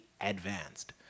advanced